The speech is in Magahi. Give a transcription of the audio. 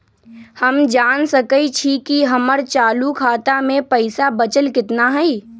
हम जान सकई छी कि हमर चालू खाता में पइसा बचल कितना हई